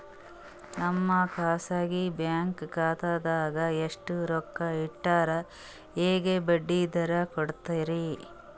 ನಮ್ಮ ಖಾಸಗಿ ಬ್ಯಾಂಕ್ ಖಾತಾದಾಗ ಎಷ್ಟ ರೊಕ್ಕ ಇಟ್ಟರ ಹೆಂಗ ಬಡ್ಡಿ ದರ ಕೂಡತಾರಿ?